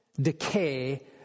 decay